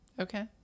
okay